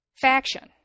faction